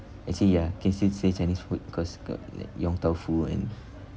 actually ya can still say chinese food cause got like yong tau foo and